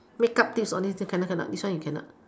make up tips only cannot cannot this one you cannot